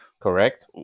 Correct